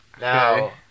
Now